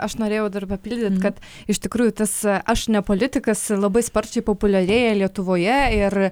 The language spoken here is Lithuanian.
aš norėjau dar papildyti kad iš tikrųjų tas aš ne politikas labai sparčiai populiarėja lietuvoje ir